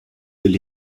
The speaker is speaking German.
will